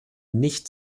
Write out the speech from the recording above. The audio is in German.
nicht